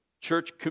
church